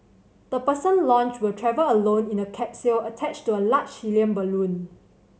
the person launched will travel alone in a capsule attached to a large helium balloon